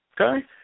Okay